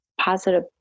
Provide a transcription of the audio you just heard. positive